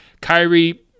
Kyrie